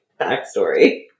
backstory